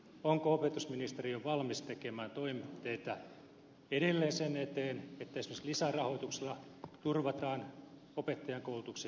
onko opetusministeriö valmis tekemään toimenpiteitä edelleen sen eteen että esimerkiksi lisärahoituksella turvataan opettajankoulutuksen jatko